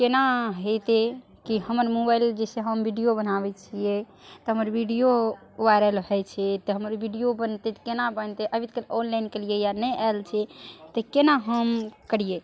केना हेतै कि हमर मोबाइल जैसे हम बीडियो बनाबै छियै तऽ हमर वीडियो वायरल होइ छै तऽ हमर बीडियो बनतै तऽ केना बनतै अभी तक तऽ ऑनलाइन केलियैया नहि आएल छै तऽ केना हम करियै